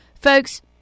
Folks